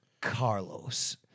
Carlos